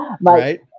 Right